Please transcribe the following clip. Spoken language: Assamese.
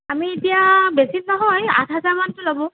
আমি এতিয়া বেছি নহয় আঠ হাজাৰ মানটো ল'ব